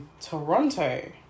Toronto